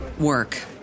work